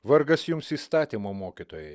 vargas jums įstatymo mokytojai